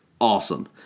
awesome